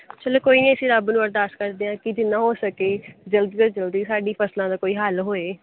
ਚਲੋ ਕੋਈ ਨਹੀਂ ਅਸੀਂ ਰੱਬ ਨੂੰ ਅਰਦਾਸ ਕਰਦੇ ਹਾਂ ਕਿ ਜਿੰਨਾ ਹੋ ਸਕੇ ਜਲਦੀ ਤੋਂ ਜਲਦੀ ਸਾਡੀ ਫ਼ਸਲਾਂ ਦਾ ਕੋਈ ਹੱਲ ਹੋਏ